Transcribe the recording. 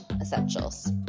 essentials